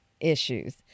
issues